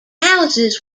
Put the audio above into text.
houses